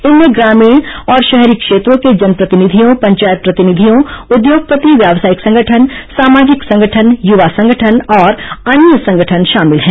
इनमें ग्रामीण और शहरी क्षेत्रों के जनप्रतिनिधियों पंचायत प्रतिनिधियों उद्योगपति व्यावसायिक संगठन सामाजिक संगठन युवा संगठन और अन्य संगठन शामिल हैं